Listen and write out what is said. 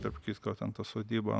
tarp kitko ten ta sodyba